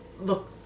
look